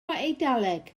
eidaleg